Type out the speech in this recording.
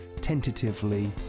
tentatively